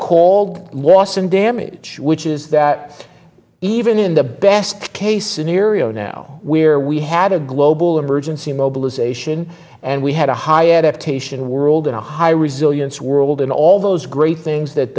called loss and damage which is that even in the best case scenario now where we had a global emergency mobilization and we had a high adaptation world and a high resilience world and all those great things that